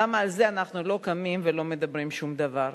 למה על זה אנחנו לא קמים ולא אומרים שום דבר?